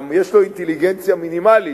גם יש לו אינטליגנציה מינימלית.